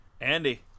andy